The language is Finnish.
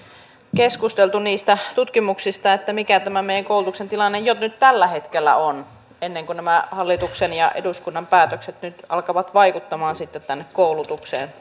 keskusteltu niistä tutkimuksista että mikä tämä meidän koulutuksen tilanne jo nyt tällä hetkellä on ennen kuin nämä nykyisen hallituksen ja eduskunnan päätökset nyt alkavat vaikuttamaan sitten tänne koulutukseen